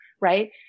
Right